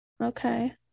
okay